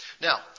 Now